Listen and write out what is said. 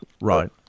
right